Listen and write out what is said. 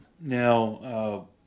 Now